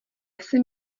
asi